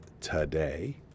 today